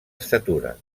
estatura